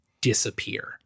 disappear